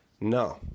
No